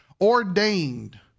ordained